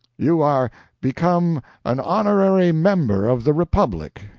you are become an honorary member of the republic,